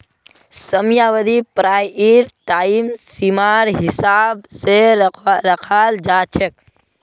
समयावधि पढ़ाईर टाइम सीमार हिसाब स रखाल जा छेक